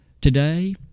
Today